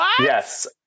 Yes